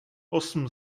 osm